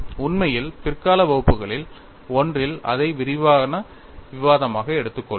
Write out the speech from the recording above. உண்மையில் பிற்கால வகுப்புகளில் ஒன்றில் அதை விரிவான விவாதமாக எடுத்துக்கொள்வோம்